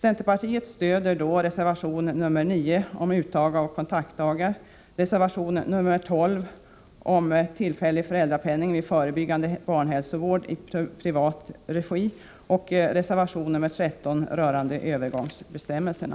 Centerpartiet stöder då reservation nr 9 om uttag av kontaktdagar, reservation nr 12 om tillfällig föräldrapenning vid förebyggande barnhälsovård m.m. i privat regi och reservation nr 13 rörande övergångsbestämmelserna.